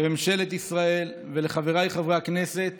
לממשלת ישראל ולחבריי חברי הכנסת